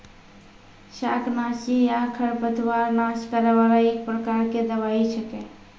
शाकनाशी या खरपतवार नाश करै वाला एक प्रकार के दवाई छेकै